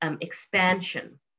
expansion